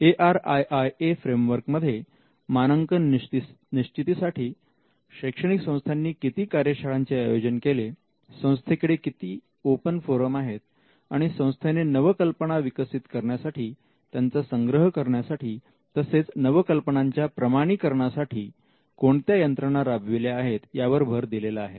ARIIA फ्रेमवर्कमध्ये मानांकन निश्चितीसाठी शैक्षणिक संस्थांनी किती कार्यशाळांचे आयोजन केले संस्थेकडे किती ओपन फोरम आहेत आणि संस्थेने नवकल्पना विकसित करण्यासाठी त्यांचा संग्रह करण्यासाठी तसेच नवकल्पनांच्या प्रमाणीकरणासाठी कोणत्या यंत्रणा राबविल्या आहेत यावर भर दिलेला आहे